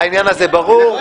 העניין הזה הובהר.